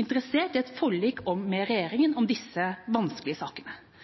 interessert i et forlik med regjeringa om disse vanskelige sakene,